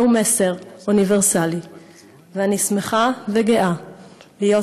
זהו מסר אוניברסלי ואני שמחה וגאה להיות